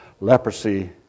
leprosy